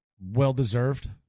well-deserved